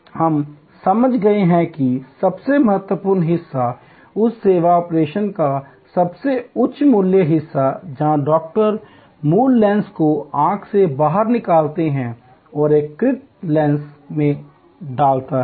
हम समझ गए कि सबसे महत्वपूर्ण हिस्सा उस सेवा ऑपरेशन का सबसे उच्च मूल्य हिस्सा है जहां डॉक्टर मूल लेंस को आंख से बाहर निकालता है और एक कृत्रिम लेंस में डालता है